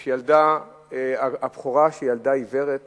יש ילדה בכורה שהיא ילדה עיוורת